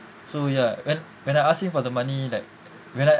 so ya when when I ask him for the money like when I